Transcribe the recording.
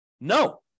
No